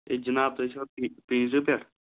A جِناب تُہۍ چھُوا پی پیٖزو پٮ۪ٹھ